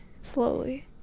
slowly